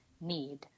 need